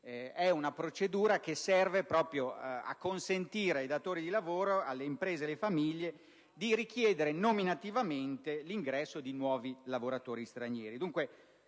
È una procedura che serve proprio a consentire ai datori di lavoro, alle imprese e alle famiglie di richiedere nominativamente l'ingresso di nuovi lavoratori stranieri. Dunque,